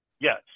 Yes